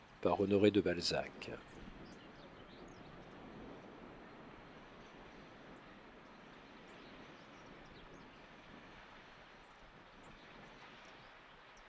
by honoré de balzac